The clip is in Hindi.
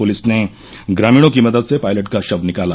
पुलिस ने ग्रामणों की मदद से पायलट का शव निकाला